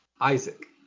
Isaac